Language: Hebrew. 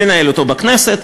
לנהל אותו בכנסת,